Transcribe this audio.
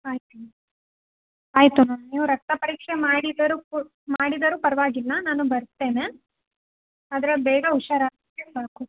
ಆಯಿತು ಮ್ಯಾಮ್ ಆಯಿತು ಮ್ಯಾಮ್ ನೀವು ರಕ್ತ ಪರೀಕ್ಷೆ ಮಾಡಿದರೂ ಕೂ ಮಾಡಿದರೂ ಪರವಾಗಿಲ್ಲ ನಾನು ಬರ್ತೇನೆ ಆದರೆ ಬೇಗ ಹುಷಾರಾದರೆ ಸಾಕು